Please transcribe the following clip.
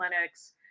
clinics